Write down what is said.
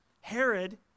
Herod